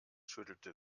schüttelte